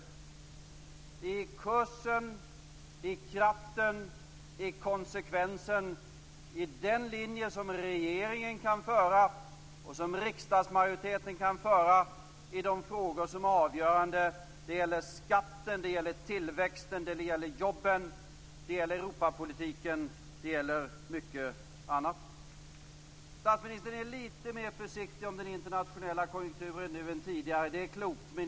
Det ligger i kursen, i kraften, i konsekvensen och i den linje som regeringen kan föra och som riksdagsmajoriteten kan föra i de frågor som är avgörande. Det gäller skatten, tillväxten, jobben, Europapolitiken och mycket annat. Statsministern är litet mer försiktig om den internationella konjunkturen nu än tidigare. Det är klokt.